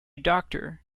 doctor